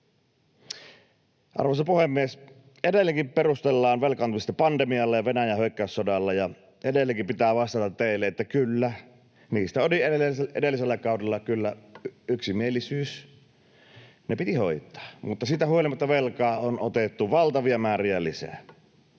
Arvoisa puhemies! Edelleenkin perustellaan velkaantumista pandemialla ja Venäjän hyökkäyssodalla, ja edelleenkin pitää vastata teille, että kyllä, niistä oli edellisellä kaudella kyllä yksimielisyys. Ne piti hoitaa, mutta siitä huolimatta velkaa on otettu valtavia määriä lisää.